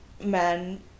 men